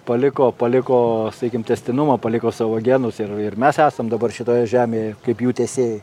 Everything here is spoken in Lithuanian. paliko paliko sakykim tęstinumą paliko savo genus ir ir mes esam dabar šitoje žemėje kaip jų tęsėjai